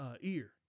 ear